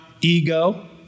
ego